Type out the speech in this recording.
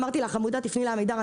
אמרתי לה: תפני לעמידר,